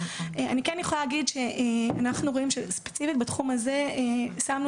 אני יכולה להגיד שספציפית בתחום הזה שמנו